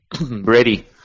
ready